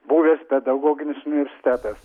buvęs pedagoginis universitetas